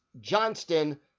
Johnston